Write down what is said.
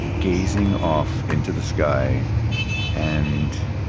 gazing off into the sky and